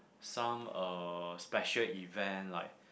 some uh special event like